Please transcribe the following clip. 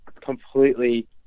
completely